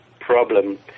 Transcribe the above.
problem